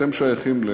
אתם שייכים לשלישי.